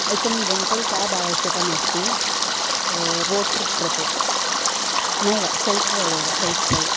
एकं rental cab आवश्यकमस्ति road trip कृते नैव सेल्फ़् ड्रैव् एव सेल्फ़् ड्रैव्